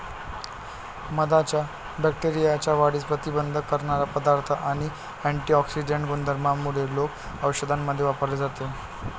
मधाच्या बॅक्टेरियाच्या वाढीस प्रतिबंध करणारा पदार्थ आणि अँटिऑक्सिडेंट गुणधर्मांमुळे लोक औषधांमध्ये वापरले जाते